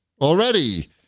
already